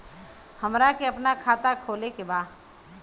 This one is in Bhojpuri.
हमरा के अपना खाता खोले के बा?